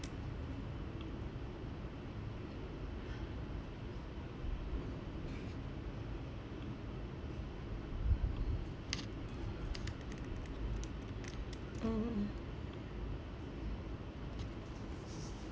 mm